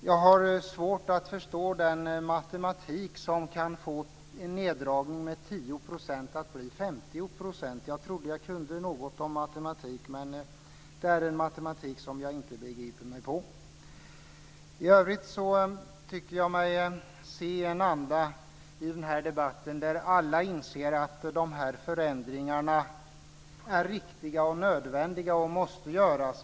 Jag har svårt att förstå den matematik som kan få en neddragning med 10 % att bli 50 %. Jag trodde att jag kunde något om matematik, men det här är en matematik som jag inte begriper mig på. I övrigt tycker jag mig se en anda i den här debatten där alla inser att förändringarna är riktiga och nödvändiga och måste göras.